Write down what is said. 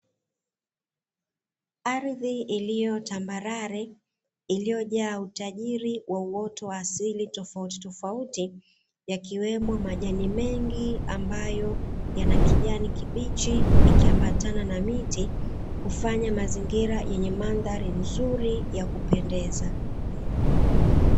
Ardhi iliyotambarare iliyojaa utajiri wa uoto wa asili tofautitofauti, yakiwemo majani mengi ambayo yana kijani kibichi. Ikiambatana na miti, kufanya mazingira yenye mandhari nzuri na ya kupendeza.